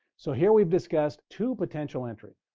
so here we've discussed two potential entries.